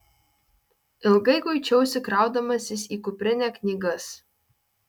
ilgai kuičiausi kraudamasis į kuprinę knygas